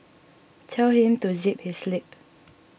tell him to zip his lip